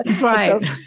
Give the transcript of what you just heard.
Right